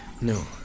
No